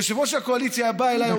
יושב-ראש הקואליציה היה בא אליי,